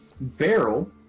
barrel